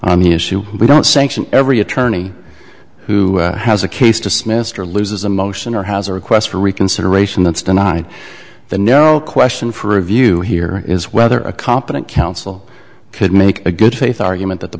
on the issue we don't sanction every attorney who has a case dismissed or loses a motion or has a request for reconsideration that's tonight the no question for review here is whether a competent counsel could make a good faith argument that the